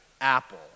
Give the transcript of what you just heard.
Apple